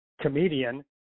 comedian